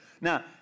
Now